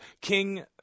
King